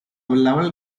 level